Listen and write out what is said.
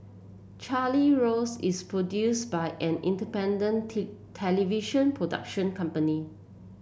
Charlie Rose is produce by an independent television production company